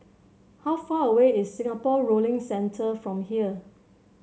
how far away is Singapore Rowing Centre from here